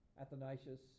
Athanasius